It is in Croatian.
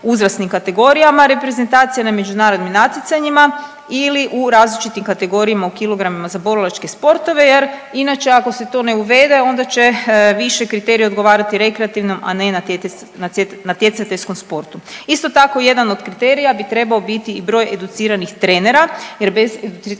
uzrasnim kategorijama, reprezentacija na međunarodnim natjecanjima ili u različitim kategorijama u kilogramima za borilačke sportove jer inače ako se to ne uvede onda će više kriteriji odgovarati rekreativnom, a ne natjecateljskom sportu. Isto tako, jedan od kriterija bi trebao biti i broj educiranih trenera jer bez